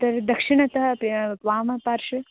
तद् दक्षिणतः अपि वामपार्श्वे